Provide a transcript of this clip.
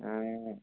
ఆయ్